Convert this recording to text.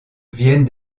viennent